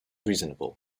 reasonable